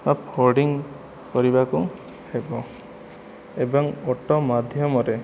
ବା ହୋଡ଼ିଂ କରିବାକୁ ହେବ ଏବଂ ଅଟୋ ମାଧ୍ୟମରେ